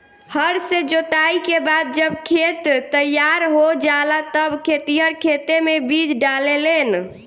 हर से जोताई के बाद जब खेत तईयार हो जाला तब खेतिहर खेते मे बीज डाले लेन